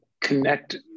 connect